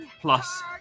plus